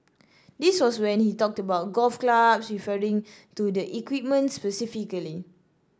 this was when he talked about golf clubs referring to the equipment specifically